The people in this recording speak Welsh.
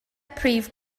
prif